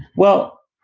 well,